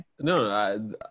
No